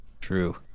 true